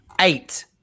Eight